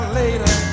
later